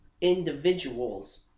individuals